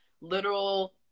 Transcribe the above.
literal